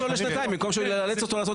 להאריך לו לשנתיים במקום לאלץ אותו לעשות